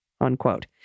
unquote